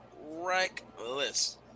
Reckless